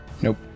Nope